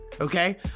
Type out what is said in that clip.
Okay